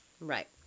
Right